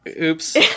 Oops